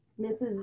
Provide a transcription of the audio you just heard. Mrs